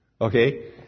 Okay